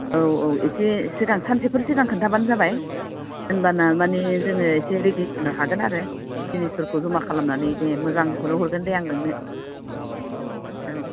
औ औ एसे एसे सानसेफोर सिगां खोन्थाबानो जाबाय होनबाना माने जोङो एसे रेडि जानो हागोन आरो जिनिसफोरखौ जमा खालामनानै जोङो मोजांखौनो हरगोन दे आं नोंनो औ